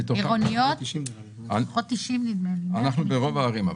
אנחנו ברוב הערים.